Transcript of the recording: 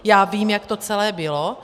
Já vím, jak to celé bylo.